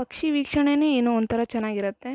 ಪಕ್ಷಿ ವೀಕ್ಷಣೆನೇ ಏನೋ ಒಂಥರ ಚೆನಾಗಿರತ್ತೆ